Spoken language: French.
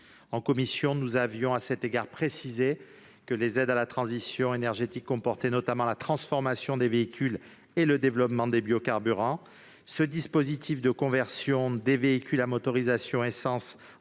À cet égard, nous avons précisé en commission que les aides à la transition énergétique s'appliquent notamment à la transformation des véhicules et au développement des biocarburants. Le dispositif de conversion des véhicules à motorisation essence